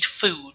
food